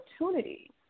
opportunity